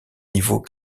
niveaux